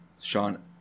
Sean